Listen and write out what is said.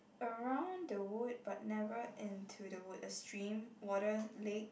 around the wood but never into the wood a stream water lake